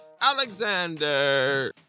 Alexander